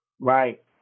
Right